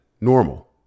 normal